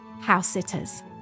house-sitters